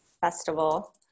festival